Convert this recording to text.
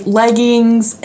leggings